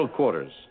Quarters